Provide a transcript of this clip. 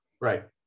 Right